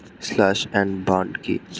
Slash and burn কি?